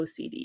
OCD